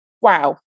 Wow